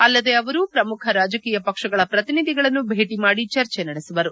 ಅಲ್ಲದೇ ಪ್ರಮುಖ ರಾಜಕೀಯ ಪಕ್ಷಗಳ ಪ್ರತಿನಿಧಿಗಳನ್ನು ಭೇಟ ಮಾಡಿ ಅವರು ಚರ್ಚೆ ನಡೆಸುವರು